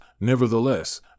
Nevertheless